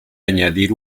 añadir